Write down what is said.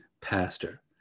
pastor